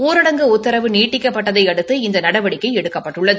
ஊரடங்கு உதத்தரவு நீட்டிக்கப்பட்டதை அடுத்து இந்த நடவடிக்கை எடுக்கப்பட்டுள்ளது